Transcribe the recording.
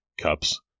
cups